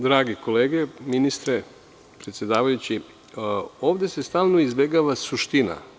Drage kolege, ministre, predsedavajući, ovde se stalno izbegava suština.